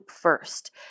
first